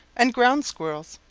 and ground squirrels.